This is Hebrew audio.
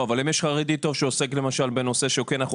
אבל אם יש חרדי טוב שעוסק בנושא שכן יכול